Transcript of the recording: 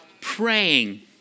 praying